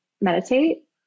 meditate